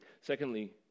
Secondly